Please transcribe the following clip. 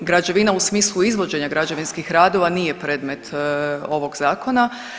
Građevina u smislu izvođenja građevinskih radova nije predmet ovog zakona.